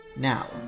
now,